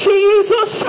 Jesus